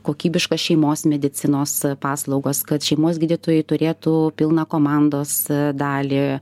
kokybiška šeimos medicinos paslaugos kad šeimos gydytojai turėtų pilną komandos dalį